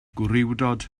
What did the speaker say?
gwrywdod